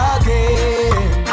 again